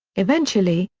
eventually,